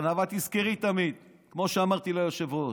אבל תזכרי תמיד, כמו שאמרתי ליושב-ראש: